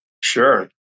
Sure